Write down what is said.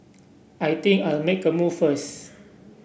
I think I'll make a move first